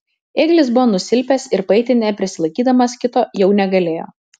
ėglis buvo nusilpęs ir paeiti neprisilaikydamas kito jau negalėjo